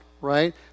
right